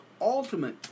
ultimate